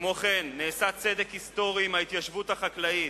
כמו כן, נעשה צדק היסטורי עם ההתיישבות החקלאית.